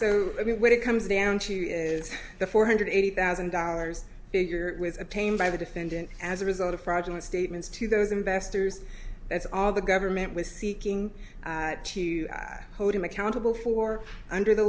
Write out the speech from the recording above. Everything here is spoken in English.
so i mean what it comes down to is the four hundred eighty thousand dollars figure was obtained by the defendant as a result of fraudulent statements to those investors that's all the government was seeking to hold him accountable for under the